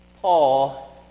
Paul